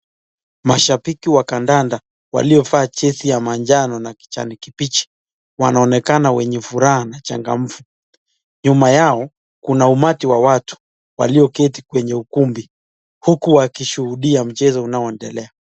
Mashabiki wa kandanda waliovaa jezi ya manjano na kijani kibichi. Wanaonekana wenye furaha na changamfu. Nyuma yao, kuna umati wa watu walioketi kwenye ukumbi huku wakishuhudia mchezo unaoendelea.